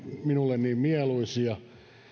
minulle niin mieluisia